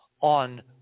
on